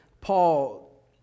Paul